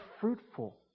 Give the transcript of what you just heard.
fruitful